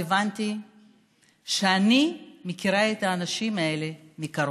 הבנתי שאני מכירה את האנשים האלה מקרוב.